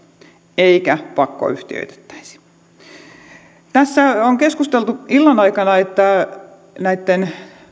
eikä pakkoyhtiöitettäisi tässä on keskusteltu illan aikana että näitten